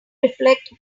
reflect